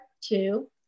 two